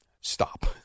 Stop